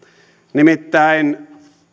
nimittäin jo